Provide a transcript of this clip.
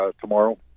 tomorrow